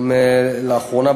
וגם לאחרונה,